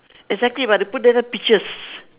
exactly but they put there peaches